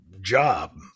job